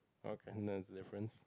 okay that's a difference